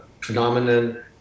phenomenon